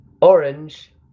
Orange